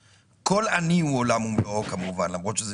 כל עני הוא עולם ומלואו כמובן, אבל 70% זה